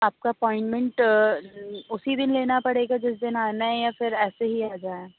آپ کا اپائنمنٹ اُسی دِن لینا پڑے گا جس دِن آنا ہے یا پھر ایسے ہی آ جائیں